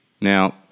Now